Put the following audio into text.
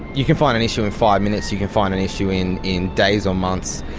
you can find an issue in five minutes, you can find an issue in in days or months.